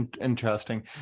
Interesting